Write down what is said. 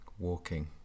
Walking